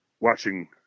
watching